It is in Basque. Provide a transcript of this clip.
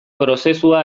prozesua